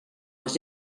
les